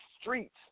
streets